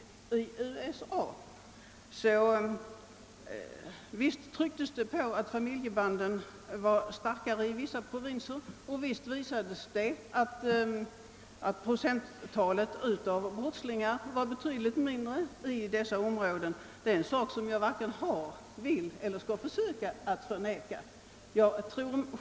Visst trycktes det på att familjebanden var starkare i vissa provinser och visst visar det sig att det procentuella antalet brottslingar var betydligt mindre i dessa områden. Det är en sak som jag varken har försökt eller ämnar försöka att förneka.